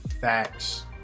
Facts